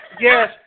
Yes